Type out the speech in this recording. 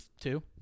two